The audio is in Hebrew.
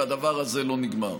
והדבר הזה לא נגמר.